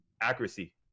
accuracy